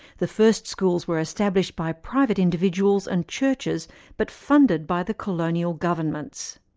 the first schools were established by private individuals and churches but funded by the colonial governments.